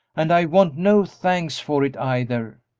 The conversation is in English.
and i want no thanks for it, either.